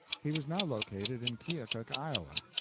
he was now located in keokuk, iowa.